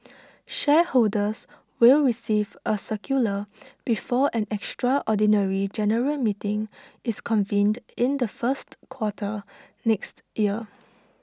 shareholders will receive A circular before an extraordinary general meeting is convened in the first quarter next year